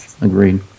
agreed